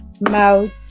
mouth